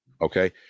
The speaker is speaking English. Okay